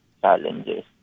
challenges